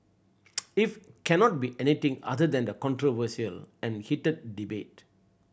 if cannot be anything other than the controversial and heated debate